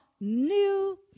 new